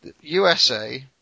USA